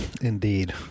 Indeed